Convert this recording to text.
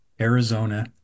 Arizona